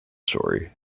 story